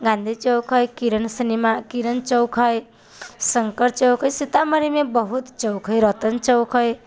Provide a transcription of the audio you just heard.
गान्धी चौक हइ किरण सिनेमा किरण चौक हइ शङ्कर चौक हइ सीतामढ़ीमे बहुत चौक हइ रतन चौक हइ